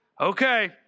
okay